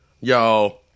yo